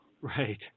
Right